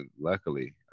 luckily